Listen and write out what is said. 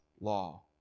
law